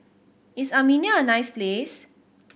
is Armenia a nice place